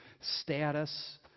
status